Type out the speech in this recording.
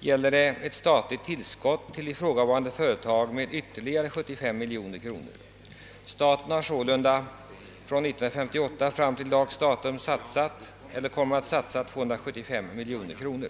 gäller det ett statligt tillskott till Uddevallavarvet med ytterligare 75 miljoner kronor. Staten har sålunda från år 1958 till dagens datum satsat eller kommer att satsa 275 miljoner kronor.